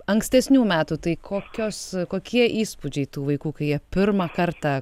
ankstesnių metų tai kokios kokie įspūdžiai tų vaikų kai jie pirmą kartą